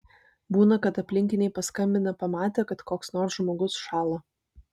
būna kad aplinkiniai paskambina pamatę kad koks nors žmogus šąla